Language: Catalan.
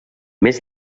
més